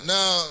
Now